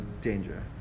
danger